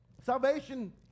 Salvation